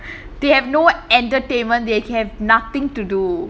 they have no entertainment they have nothing to do